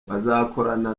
bazakorana